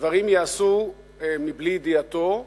דברים ייעשו מבלי ידיעתו,